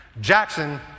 Jackson